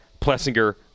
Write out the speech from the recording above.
Plessinger